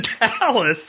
Dallas